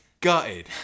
gutted